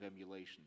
emulation